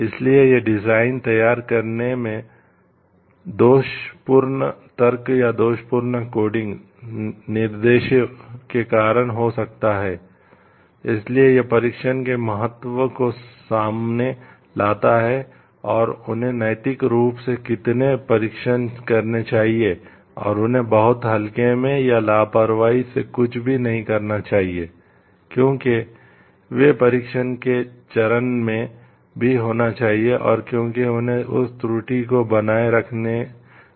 इसलिए यह डिजाइन कर सकते हैं तो ये अपेक्षित नहीं हैं और ये अनैतिक हैं